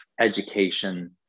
education